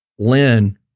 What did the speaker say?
Lynn